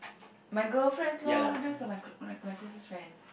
my girlfriends lor those are my clo~ my closest friends